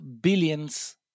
billions